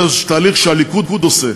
זה התהליך שהליכוד עושה,